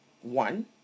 One